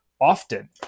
often